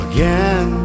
Again